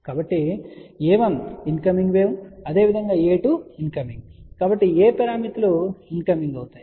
కాబట్టి a1 incoming wave అదేవిధంగా a2 incoming కాబట్టి a పారామితులు ఇన్కమింగ్ అవుతాయి